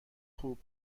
خوب